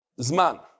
zman